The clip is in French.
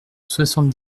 soixante